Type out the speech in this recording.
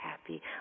happy